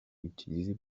utilisés